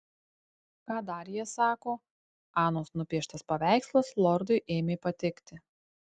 ką dar jie sako anos nupieštas paveikslas lordui ėmė patikti